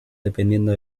dependiendo